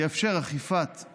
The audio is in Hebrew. יאפשר אכיפה של